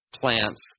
plants